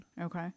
Okay